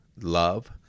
love